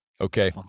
Okay